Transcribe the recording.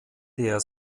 der